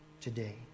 today